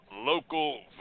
local